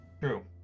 True